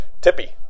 Tippy